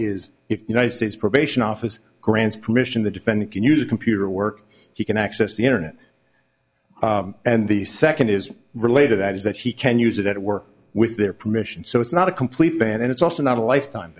is united states probation office grants permission the defendant can use a computer work he can access the internet and the second is related that is that he can use it at work with their permission so it's not a complete ban and it's also not a lifetime